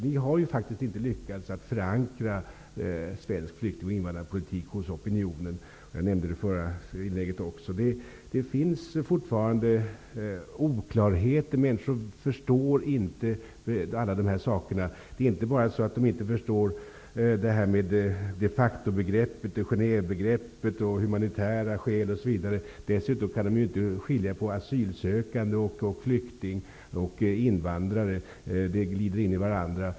Ni har ju faktiskt inte lyckats att förankra svensk flykting och invandrarpolitik hos opinionen. Jag nämnde det i mitt förra inlägg också. Det finns fortfarande oklarheter. Människor förstår inte alla dessa begrepp. Det är inte bara så att de inte förstår de facto-begreppet, Genèvebegreppet eller vad som är humanitära skäl osv. De kan dessutom inte skilja på asylsökande, flykting och invandrare. Dessa begrepp glider in i varandra.